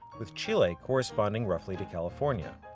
with chile corresponding roughly to california.